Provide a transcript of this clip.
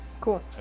Cool